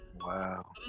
Wow